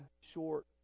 short